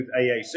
AAC